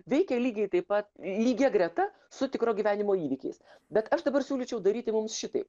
veikia lygiai taip pat lygia greta su tikro gyvenimo įvykiais bet aš dabar siūlyčiau daryti mums šitai